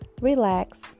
relax